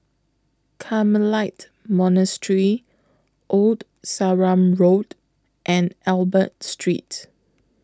Carmelite Monastery Old Sarum Road and Albert Street